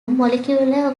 molecular